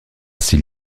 s’il